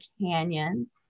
Canyon